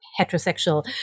heterosexual